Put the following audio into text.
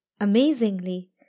Amazingly